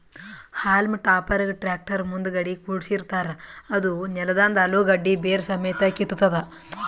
haulm ಟಾಪರ್ಗ್ tractor ಮುಂದಗಡಿ ಕುಡ್ಸಿರತಾರ್ ಅದೂ ನೆಲದಂದ್ ಅಲುಗಡ್ಡಿ ಬೇರ್ ಸಮೇತ್ ಕಿತ್ತತದ್